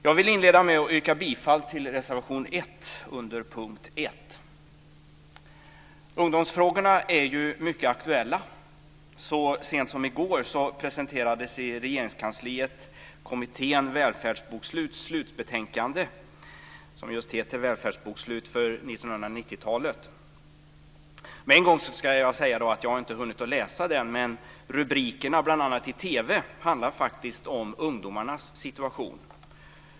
Jag vill inleda med att yrka bifall till reservation 1 Ungdomsfrågorna är mycket aktuella. Så sent som i går presenterades i Regeringskansliet slutbetänakndet från kommittén Välfärdsbokslut som heter just Välfärdsbokslut för 1990-talet. Med en gång ska sägas att jag inte har hunnit att läsa betänkandet, men rubrikerna i TV handlade faktiskt om ungdomars situation.